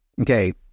okay